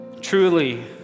Truly